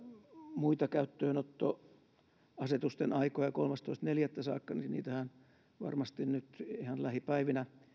muita käyttöönottoasetusten aikoja kolmastoista neljättä saakka varmasti nyt ihan lähipäivinä